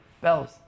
Bells